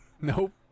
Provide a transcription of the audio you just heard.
Nope